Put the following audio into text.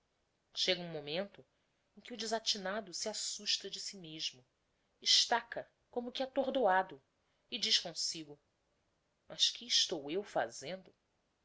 um momento em que o desatinado se assusta de si mesmo estaca como que atordoado e diz comsigo mas que estou eu fazendo